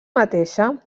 mateixa